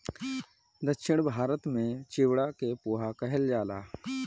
दक्षिण भारत में चिवड़ा के पोहा कहल जाला